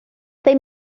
they